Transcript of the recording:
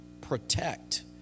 protect